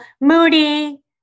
moody